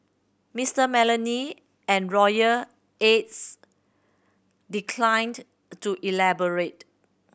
Mister Malone and royal aides declined to elaborate